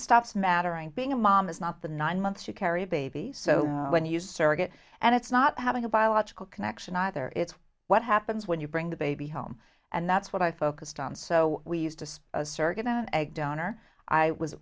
stops mattering being a mom is not the nine months you carry a baby so when you surrogate and it's not having a biological connection either it's what happens when you bring the baby home and that's what i focused on so we used to speak surrogate and egg donor i was